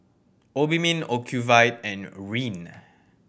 Obimin Ocuvite and Rene